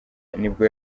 nibwo